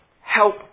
help